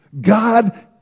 God